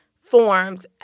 forms